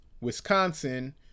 Wisconsin